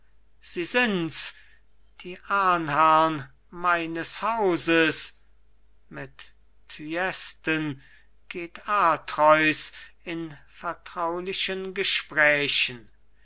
sie sind's die ahnherrn meines hauses mit thyesten geht atreus in vertraulichen gesprächen